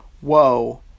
Whoa